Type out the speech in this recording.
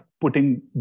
putting